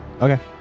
Okay